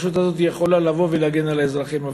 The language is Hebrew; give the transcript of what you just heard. הרשות הזאת יכולה לבוא ולהגן על האזרחים.